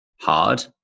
hard